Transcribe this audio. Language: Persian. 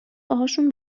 باهاشون